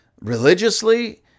religiously